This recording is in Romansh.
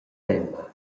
tema